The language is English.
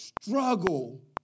struggle